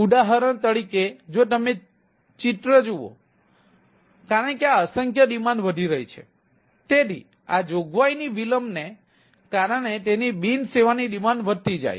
ઉદાહરણ તરીકે જો તમે ચિત્ર જુઓ કારણ કે આ અસંખ્ય ડિમાન્ડ વધી રહી છે જેથી આ જોગવાઈ ની વિલંબને કારણે કે તેની બિનસેવાની ડિમાન્ડ વધતી જાય